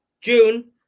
June